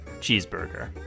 cheeseburger